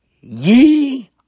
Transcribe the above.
Ye